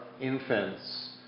infants